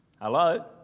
Hello